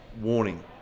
warning